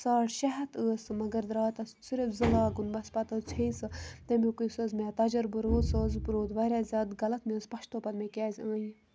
ساڑ شےٚ ہَتھ ٲس سُہ مگر درٛاو تَتھ صرف زٕ لاگُن بَس پَتہٕ حظ ژھیٚنۍ سۄ تَمیُک یُس حظ مےٚ تجُربہٕ روٗد سُہ حظ روٗد واریاہ زیادٕ غلط مےٚ حظ پَشتو پَتہٕ مےٚ کیٛازِ أنۍ یہِ